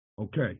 okay